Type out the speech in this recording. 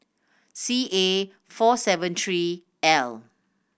C A four seven three L